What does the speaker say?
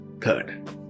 Third